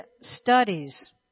studies